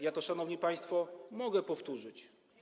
Ja to, szanowni państwo, mogę powtórzyć.